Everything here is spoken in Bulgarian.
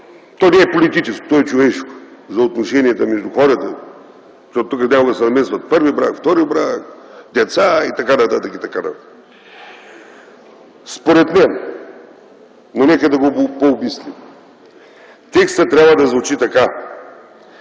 То не е политическо, то е човешко – за отношенията между хората, защото тук понякога се намесват първи брак, втори брак, деца и т.н. Според мен, и нека да го пообмислим, текстът трябва да звучи така: